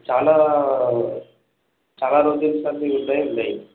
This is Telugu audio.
చాలా చాలా మోడల్స్ అన్ని ఇక్కడనే ఉన్నాయి